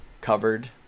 covered